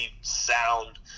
sound